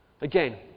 again